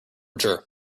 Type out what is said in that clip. mature